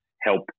help